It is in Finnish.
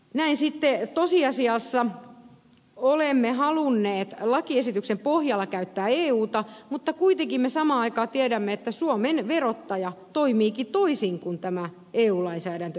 näin sitten tosiasiassa olemme halunneet lakiesityksen pohjalla käyttää euta mutta kuitenkin me samaan aikaan tiedämme että suomen verottaja toimiikin toisin kuin tämä eu lainsäädäntö edellyttää